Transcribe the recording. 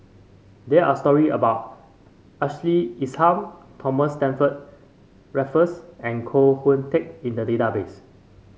there are story about Ashley Isham Thomas Stamford Raffles and Koh Hoon Teck in the database